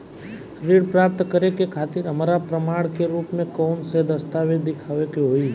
ऋण प्राप्त करे के खातिर हमरा प्रमाण के रूप में कउन से दस्तावेज़ दिखावे के होइ?